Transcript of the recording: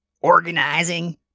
organizing